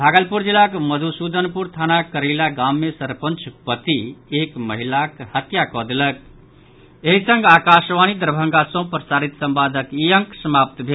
भागलपुर जिलाक मधुशुदन पुर थानाक करैला गाम मे सरपंचपति एक महिलाक हत्या कऽ देलक एहि संग आकाशवाणी दरभंगा सँ प्रसारित संवादक ई अंक समाप्त भेल